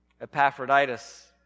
Epaphroditus